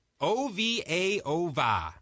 O-V-A-O-V-A